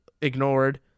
ignored